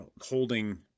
holding